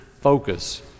focus